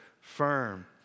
firm